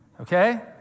okay